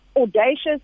audacious